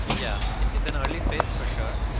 yeah, it's an early space for sure,